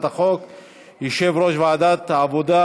אנחנו עוברים להצעת חוק שכר מינימום (העלאת סכומי שכר מינימום,